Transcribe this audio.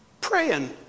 praying